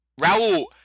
Raul